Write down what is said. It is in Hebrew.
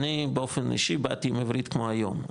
אני באופן אישי באתי עם עברית כמו היום,